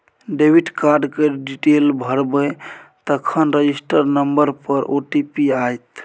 debit card केर detail भरबै तखन रजिस्टर नंबर पर ओ.टी.पी आएत